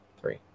Three